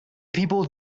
people